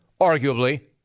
arguably